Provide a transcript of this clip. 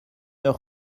heure